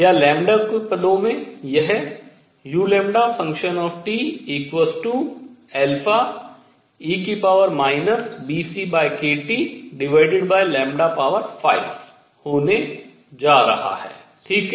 या λ के पदों में यह u e βckT5 होने जा रहा है ठीक है